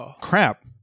crap